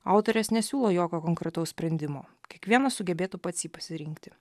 autorės nesiūlo jokio konkretaus sprendimo kiekvienas sugebėtų pats jį pasirinkti